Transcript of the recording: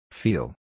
Feel